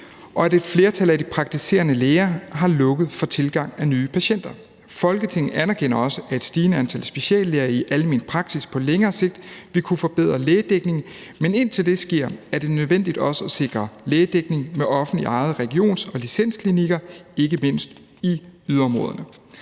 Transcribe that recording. og at et flertal af de praktiserende læger har lukket for tilgang af nye patienter. Folketinget anerkender også, at et stigende antal speciallæger i almen praksis på længere sigt vil kunne forbedre lægedækningen, men indtil det sker, er det nødvendigt også at sikre lægedækning med offentligt ejede regions- og licensklinikker, ikke mindst i yderområderne.